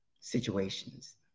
situations